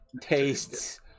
tastes